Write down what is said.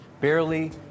barely